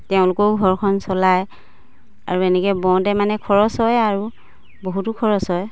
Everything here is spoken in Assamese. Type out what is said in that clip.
তেওঁলোকেও ঘৰখন চলায় আৰু এনেকে বওঁতে মানে খৰচ হয় আৰু বহুতো খৰচ হয়